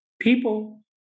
People